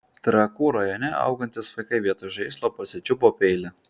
trakų rajone augantys vaikai vietoj žaislo pasičiupo peilį